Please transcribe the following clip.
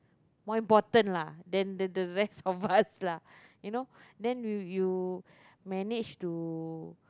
more important lah then the the rest of us lah you know then you you manage to